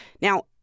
Now